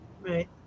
right